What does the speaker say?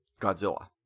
Godzilla